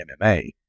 MMA